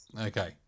Okay